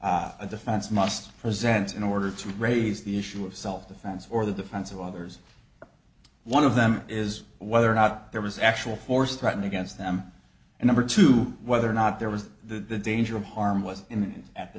defense must present in order to raise the issue of self defense or the defense of others one of them is whether or not there was actual force threaten against them and number two whether or not there was the danger of harm was in at the